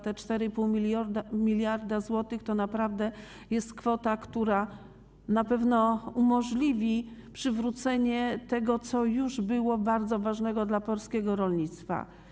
Te 4,5 mld zł to naprawdę jest kwota, która na pewno umożliwi przywrócenie tego, co już było bardzo ważne dla polskiego rolnictwa.